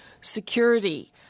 security